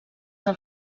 del